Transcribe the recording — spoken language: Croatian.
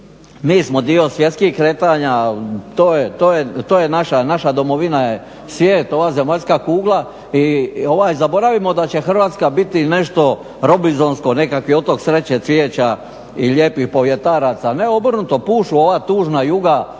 mi smo dio svjetskih kretanja, to je naša domovina. Naša domovina je svijet, ova zemaljska kugla i zaboravimo da će Hrvatska biti nešto robinzonsko, nekakav otok sreće, cvijeća i lijepih povjetaraca. Ne obrnuto, pušu ova tužna juga,